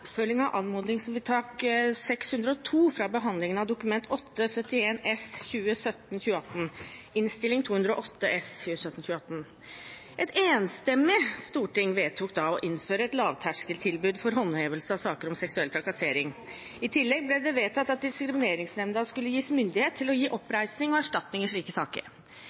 oppfølging av anmodningsvedtak 602 fra behandlingen av Dokument 8:75 S for 2017–2018, Innst. 208 S for 2017–2018. Et enstemmig storting vedtok da å innføre et lavterskeltilbud for håndhevelse av saker om seksuell trakassering. I tillegg ble det vedtatt at Diskrimineringsnemnda skulle gis myndighet til å gi oppreisning og erstatning i slike saker.